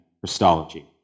Christology